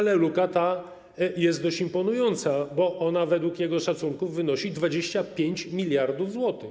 Luka ta jest dość imponująca, bo według jego szacunków wynosi 25 mld zł.